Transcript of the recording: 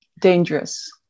dangerous